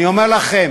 אני אומר לכם,